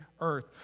earth